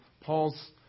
Paul's